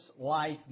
life